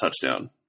touchdown